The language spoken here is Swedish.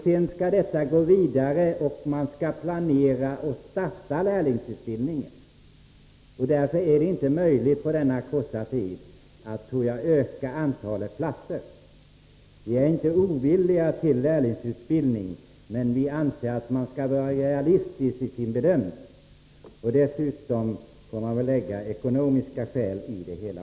Det skall sedan gå vidare, och lärlingsutbildningen skall planeras och startas. Därför tror jag inte att det är möjligt att på denna korta tid öka antalet platser. Vi är inte ovilliga när det gäller lärlingsutbildning, men vi anser att man skall vara realistisk i sin bedömning. Dessutom får ekonomiska skäl vägas in.